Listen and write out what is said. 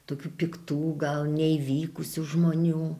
tokių piktų gal neįvykusių žmonių